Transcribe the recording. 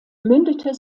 mündete